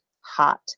hot